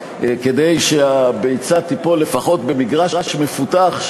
כדי שהביצה תיפול לפחות במגרש מפותח,